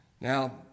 Now